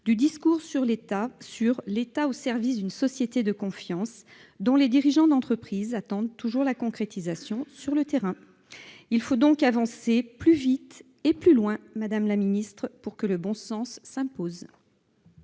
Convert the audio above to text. du discours sur « l'État au service d'une société de confiance », dont les dirigeants d'entreprises attendent toujours la concrétisation sur le terrain. Il faut donc avancer plus vite et plus loin, madame la secrétaire d'État, pour que le bon sens s'impose.